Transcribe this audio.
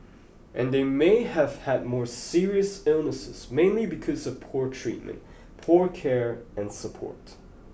and they may have had more serious illnesses mainly because of poor treatment poor care and support